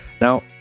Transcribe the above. Now